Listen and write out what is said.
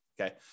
okay